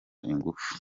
ingufu